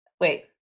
Wait